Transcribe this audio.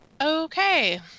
Okay